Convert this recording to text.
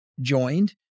joined